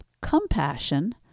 compassion